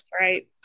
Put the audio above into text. right